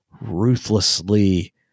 ruthlessly